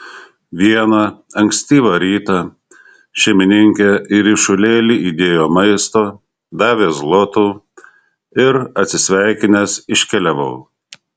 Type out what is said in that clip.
vieną ankstyvą rytą šeimininkė į ryšulėlį įdėjo maisto davė zlotų ir atsisveikinęs iškeliavau